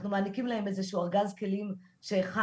אנחנו מנגישים להם איזה שהוא ארגז כלים שהכנו